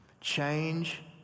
Change